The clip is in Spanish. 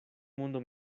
mundo